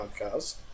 podcast